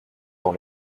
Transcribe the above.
dans